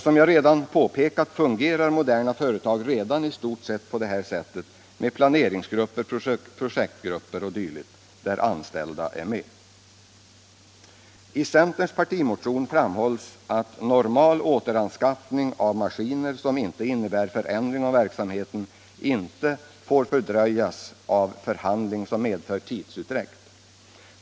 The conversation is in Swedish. Som jag tidigare påpekat, fungerar moderna företag redan i stort sett på det viset, med planeringsgrupper, projektgrupper o. d., där anställda är med. I centerns partimotion framhålles att normal återanskaffning av maskiner som inte innebär förändring av verksamheten inte får fördröjas av förhandling som medför tidsutdräkt.